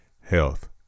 health